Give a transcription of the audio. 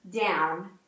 down